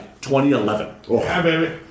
2011